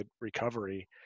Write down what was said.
recovery